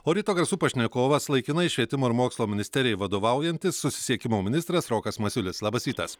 o ryto garsų pašnekovas laikinai švietimo ir mokslo ministerijai vadovaujantis susisiekimo ministras rokas masiulis labas rytas